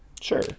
sure